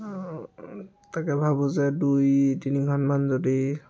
তাকে ভাবোঁ যে দুই তিনিখনমান যদি